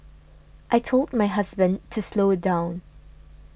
I told my husband to slow down